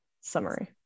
summary